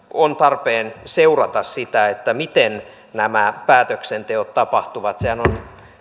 on tarpeen seurata sitä miten nämä päätöksenteot tapahtuvat sehän on